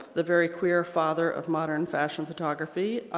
the very queer father of modern fashion photography.